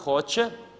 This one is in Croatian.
Hoće.